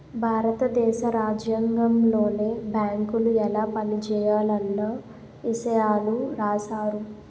భారత దేశ రాజ్యాంగంలోనే బేంకులు ఎలా పనిజేయాలన్న ఇసయాలు రాశారు